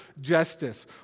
justice